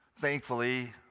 Thankfully